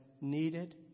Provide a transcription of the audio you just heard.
needed